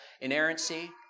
Inerrancy